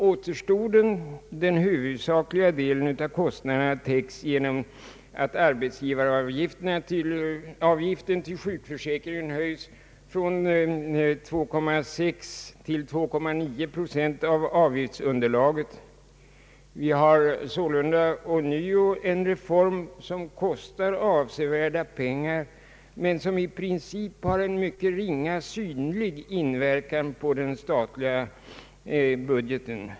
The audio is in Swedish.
Återstoden — den huvudsakliga delen av kostnaderna — täcks genom att arbetsgivaravgiften till sjukförsäkringen höjs från 2,6 till 2,9 procent av avgiftsunderlaget. Vi har sålunda här ånyo en reform som kostar avsevärda pengar men som i princip har mycket ringa synlig inverkan på den statliga budgeten.